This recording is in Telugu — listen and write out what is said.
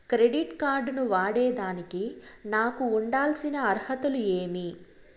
క్రెడిట్ కార్డు ను వాడేదానికి నాకు ఉండాల్సిన అర్హతలు ఏమి?